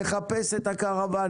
נחפש את הקרוואנים.